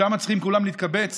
לשם כולם צריכים להתקבץ